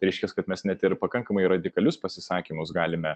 reiškias kad mes net ir pakankamai radikalius pasisakymus galime